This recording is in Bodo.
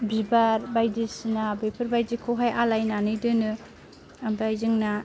बिबार बायदिसिना बेफोरबायदिखौहाय आलायनानै दोनो ओमफ्राय जोंना